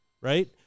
right